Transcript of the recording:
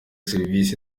serivisi